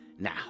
Now